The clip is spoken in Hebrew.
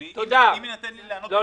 אם יינתן לי לענות במשפט אחד.